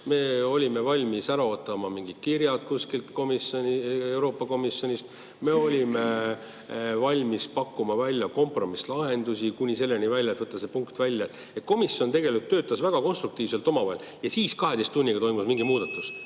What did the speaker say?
Me olime valmis ära ootama mingid kirjad Euroopa Komisjonist, me olime valmis pakkuma välja kompromisslahendusi, kuni selleni välja, et jätta see punkt ära. Komisjon tegelikult töötas väga konstruktiivselt, aga siis 12 tunniga toimus mingi muudatus.